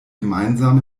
gemeinsam